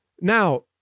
Now